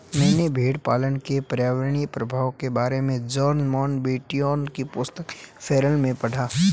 मैंने भेड़पालन के पर्यावरणीय प्रभाव के बारे में जॉर्ज मोनबियोट की पुस्तक फेरल में पढ़ा